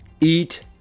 eat